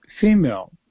female